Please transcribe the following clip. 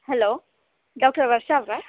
hello doctor Varsha ಅವರಾ